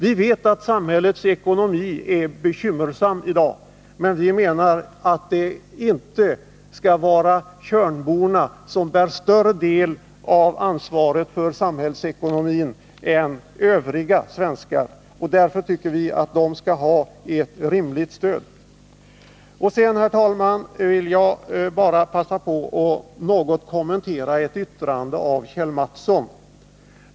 Vi vet att samhällets ekonomi är bekymmersami dag, men vi menar att det inte skall vara tjörnborna som skall bära en större del av ansvaret för samhällsekonomin än övriga svenskar. Därför tycker vi att de skall ha ett rimligt stöd. Sedan vill jag, herr talman, bara passa på att något kommentera ett yttrande av Kjell Mattsson.